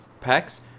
packs